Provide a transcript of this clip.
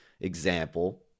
example